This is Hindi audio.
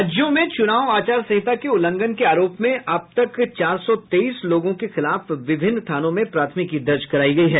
राज्य में चुनाव आचार संहिता के उल्लंघन के आरोप में अब तक चार सौ तेईस लोगों के खिलाफ विभिन्न थानों में प्राथमिकी दर्ज करायी गयी है